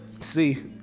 See